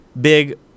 big